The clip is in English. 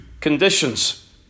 conditions